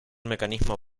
mecanismo